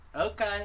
okay